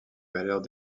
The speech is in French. valeurs